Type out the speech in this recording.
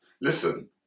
listen